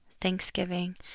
Thanksgiving